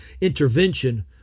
intervention